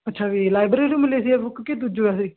ਅੱਛਾ ਵੀ ਲਾਈਬਰੇਰੀ ਤੋਂ ਮਿਲੀ ਸੀ ਇਹ ਬੁੱਕ ਕੇ ਦੂਜੇ ਪਾਸੇ ਹੀ